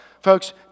Folks